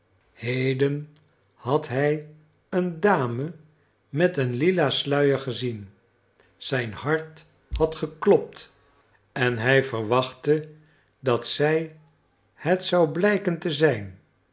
heden had hij een dame met een lila sluier gezien zijn hart had geklopt en hij verwachtte dat zij het zou blijken te zijn